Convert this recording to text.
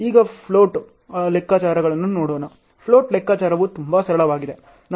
ಈಗ ಫ್ಲೋಟ್ ಲೆಕ್ಕಾಚಾರಗಳನ್ನು ನೋಡೋಣ ಫ್ಲೋಟ್ ಲೆಕ್ಕಾಚಾರವು ತುಂಬಾ ಸರಳವಾಗಿದೆ